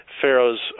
Pharaoh's